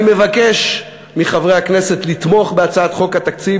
אני מבקש מחברי הכנסת לתמוך בהצעת חוק התקציב